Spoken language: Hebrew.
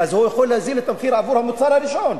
הוא יכול להוזיל את המחיר עבור המוצר הראשון.